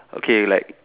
okay like